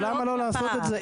אבל למה לא לעשות את זה?